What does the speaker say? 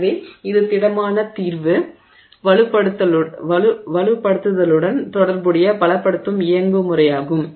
எனவே இது திடமான தீர்வு வலுப்படுத்தலுடன் தொடர்புடைய பலப்படுத்தும் இயங்குமுறையாகும்